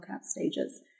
stages